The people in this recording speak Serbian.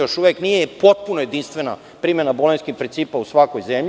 Još uvek nije potpuno jedinstvena primena Bolonjskih principa u svakoj zemlji.